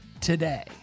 today